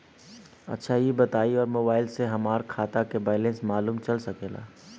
अच्छा ई बताईं और मोबाइल से हमार खाता के बइलेंस मालूम चल सकेला?